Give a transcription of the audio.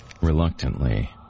reluctantly